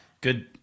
Good